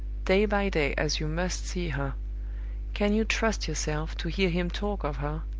day by day as you must see her can you trust yourself to hear him talk of her,